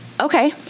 Okay